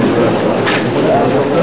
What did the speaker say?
אדוני היושב-ראש,